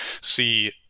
see